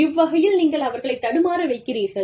இவ்வகையில் நீங்கள் அவர்களைத் தடுமாற வைக்கிறீர்கள்